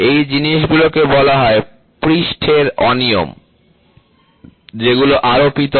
এই জিনিসগুলো কে বলা হয় পৃষ্ঠের অনিয়ম যেগুলো আরোপিত হয়